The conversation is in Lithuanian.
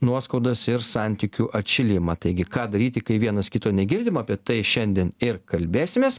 nuoskaudas ir santykių atšilimą taigi ką daryti kai vienas kito negirdim apie tai šiandien ir kalbėsimės